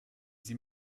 sie